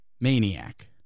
Maniac